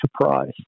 surprise